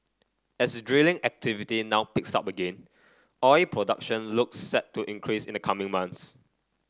as drilling activity now picks up again oil production looks set to increase in the coming months